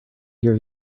hear